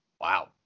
Wow